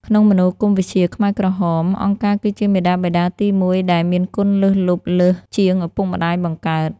ក្នុងមនោគមវិជ្ជាខ្មែរក្រហម អង្គការគឺជាមាតាបិតាទីមួយ ដែលមានគុណលើសលប់លើសជាងឪពុកម្ដាយបង្កើត។